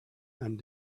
and